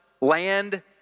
land